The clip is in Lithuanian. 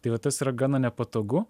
tai va tas yra gana nepatogu